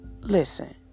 listen